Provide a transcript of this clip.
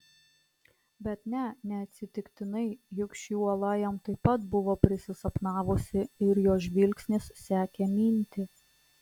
bet ne neatsitiktinai juk ši uola jam taip pat buvo prisisapnavusi ir jo žvilgsnis sekė mintį